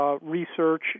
research